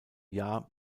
jahr